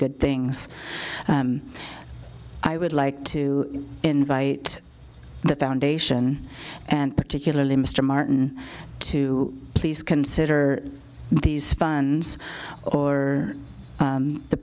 good things i would like to invite the foundation and particularly mr martin to please consider these funds or